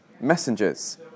messengers